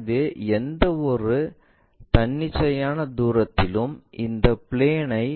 எனவே எந்தவொரு தன்னிச்சையான தூரத்திலும் இந்த பிளேன் ஐ